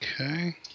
Okay